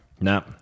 no